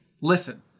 Listen